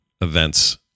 events